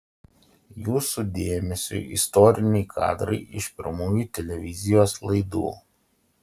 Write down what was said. jūsų dėmesiui istoriniai kadrai iš pirmųjų televizijos laidų